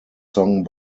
song